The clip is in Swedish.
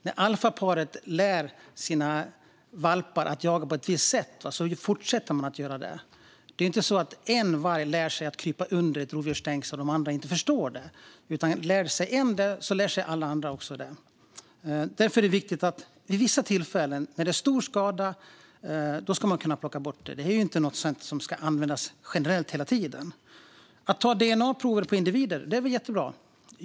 När alfaparet lär sina valpar att jaga på ett visst sätt fortsätter de att göra det. Det är inte så att en varg lär sig att krypa under ett rovdjursstängsel och att de andra inte förstår det. Lär sig en lär sig alla andra. Därför är det viktigt att vi vid vissa tillfällen, vid stora skador, ska kunna plocka bort ett revir. Det är inte något som ska användas generellt hela tiden. Det är väl jättebra att ta dna-prov på individer.